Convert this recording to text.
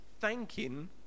thanking